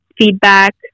feedback